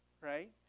right